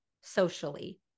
socially